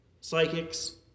Psychics